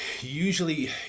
usually